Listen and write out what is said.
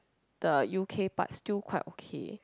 the U_K part still quite okay